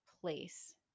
place